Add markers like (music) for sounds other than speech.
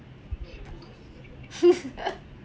(laughs)